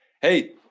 Hey